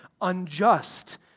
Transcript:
unjust